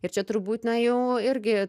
ir čia turbūt na jau irgi